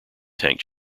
tank